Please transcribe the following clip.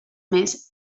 més